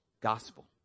gospel